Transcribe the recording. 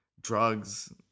Drugs